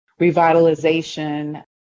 revitalization